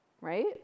Right